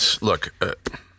Look